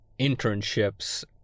internships